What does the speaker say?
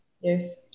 Yes